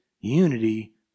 unity